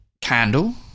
candle